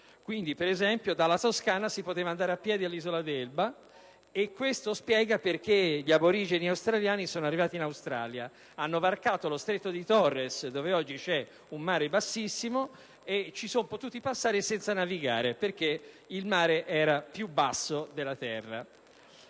Quindi, per esempio, dalla Toscana si poteva andare a piedi all'Isola d'Elba e questo spiega come gli aborigeni australiani siano arrivati in Australia: hanno varcato lo stretto di Torres, dove oggi c'è un mare bassissimo, senza navigare, perché appunto il mare era più basso della terra.